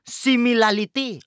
similarity